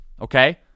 Okay